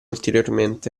ulteriormente